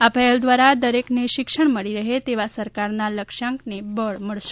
આ પહેલ દ્વારા દરેકને શિક્ષણ મળી રહે તેવા સરકારના લક્ષ્યાંકને બળ મળશે